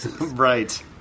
Right